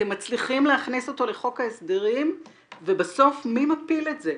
אתם מצליחים להכניס אותו לחוק ההסדרים ובסוף מי מפיל את זה?